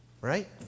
Right